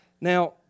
Now